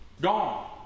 Gone